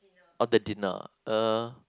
oh the dinner uh